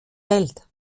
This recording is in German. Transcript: welt